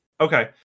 Okay